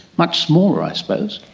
much smaller, i suppose.